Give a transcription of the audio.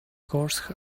horse